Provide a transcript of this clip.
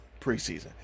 preseason